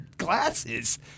Glasses